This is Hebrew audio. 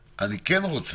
אני רוצה שתדע, אני כן רוצה